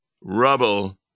rubble